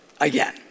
again